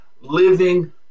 living